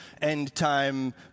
end-time